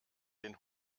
den